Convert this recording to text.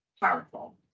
powerful